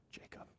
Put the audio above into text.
Jacob